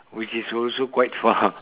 which is also quite far